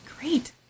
Great